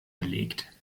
belegt